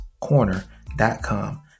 corner.com